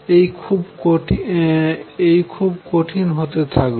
এই খুব কঠিন হতে থাকল